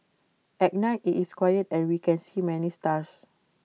at night IT is quiet and we can see many stars